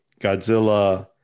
Godzilla